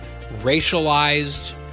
racialized